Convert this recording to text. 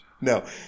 No